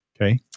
okay